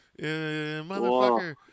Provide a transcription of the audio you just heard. Motherfucker